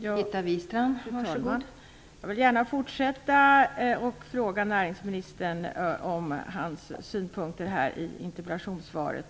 Fru talman! Jag vill gärna fortsätta att fråga näringsministern om hans synpunkter i interpellationssvaret.